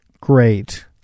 great